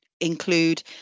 include